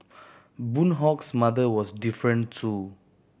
Boon Hock's mother was different too